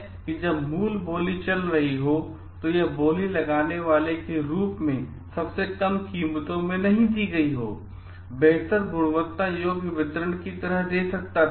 हो सकता है कि जब मूल बोली चल रही हो और जो यह बोली लगाने वाले के रूप में सबसे कम कीमतों में नहीं दी गई हो बेहतर गुणवत्ता योग्य वितरण की तरह दे सकता था